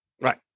Right